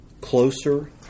Closer